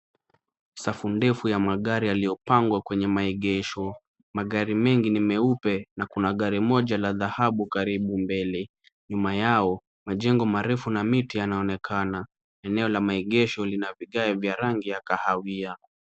Safu ndefu ya magari yaliyopangwa kwenye maegesho. Magari mengi ni meupe na kuna gari moja la dhahabu, karibu mbele. Nyuma yao, majengo marefu na miti yanaonekana. Eneo la maegesho lina vigae vya rangi ya kahawia.